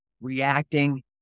reacting